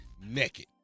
naked